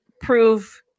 prove